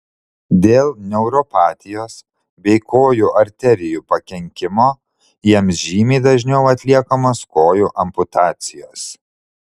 dėl neuropatijos bei kojų arterijų pakenkimo jiems žymiai dažniau atliekamos kojų amputacijos